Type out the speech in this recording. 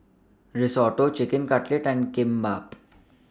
Risotto Chicken Cutlet and Kimbap